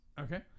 Okay